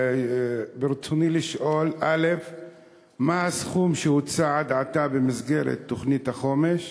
ברצוני לשאול: 1. מה הוא הסכום שהוצא עד עתה במסגרת תוכנית החומש?